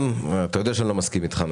אתה יודע שאני לא מסכים איתך.